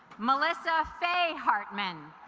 melissa faye hartman